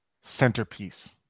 centerpiece